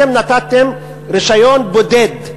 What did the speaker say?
אתם נתתם רישיון בודד,